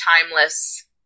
timeless